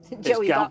Joey